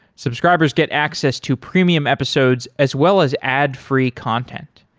subscribers get access to premium episodes as well as ad free content.